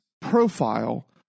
profile